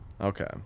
Okay